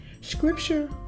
scripture